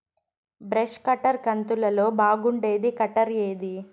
Brush cutter కంతులలో బాగుండేది cutter ఏది?